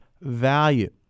value